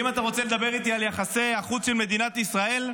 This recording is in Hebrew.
אם אתה רוצה לדבר איתי על יחסי החוץ של מדינת ישראל,